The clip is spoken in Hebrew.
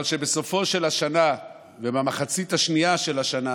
אבל בסופה של השנה ובמחצית השנייה של השנה